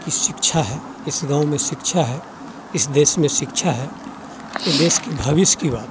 कि शिक्षा है इस गाँव में शिक्षा है इस देश में शिक्षा है ये देश की भविष्य की बात है